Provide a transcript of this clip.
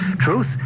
Truth